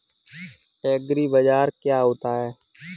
एग्रीबाजार क्या होता है?